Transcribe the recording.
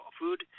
food